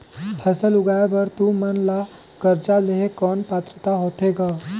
फसल उगाय बर तू मन ला कर्जा लेहे कौन पात्रता होथे ग?